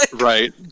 Right